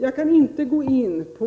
Jag kan inte gå in på